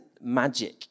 magic